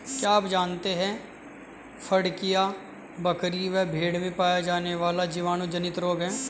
क्या आप जानते है फड़कियां, बकरी व भेड़ में पाया जाने वाला जीवाणु जनित रोग है?